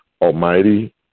almighty